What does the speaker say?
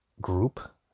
group